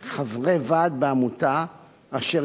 חברי ועד בעמותה אשר